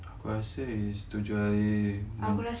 aku rasa is tujuh hari